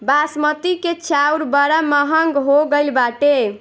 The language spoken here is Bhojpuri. बासमती के चाऊर बड़ा महंग हो गईल बाटे